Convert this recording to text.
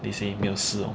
they say 没有事 lor